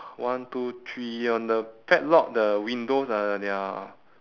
one two three on the padlock the windows are they're